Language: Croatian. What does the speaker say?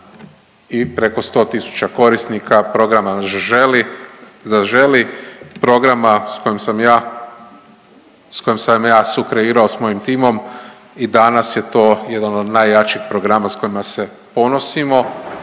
i preko 100 tisuća korisnika programa Zaželi, programa s kojim sam ja, s kojim sam ja sukreirao s mojim timom i danas je to jedan od najjačih programa s kojima se ponosimo